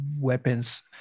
weapons